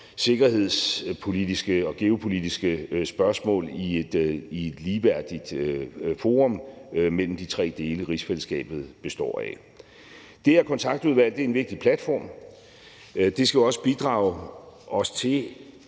sikkerhedspolitiske og geopolitiske spørgsmål i et ligeværdigt forum mellem de tre dele, rigsfællesskabet består af. Det her kontaktudvalg er en vigtig platform, og det skal jo også bidrage til